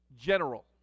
general